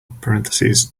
parentheses